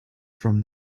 from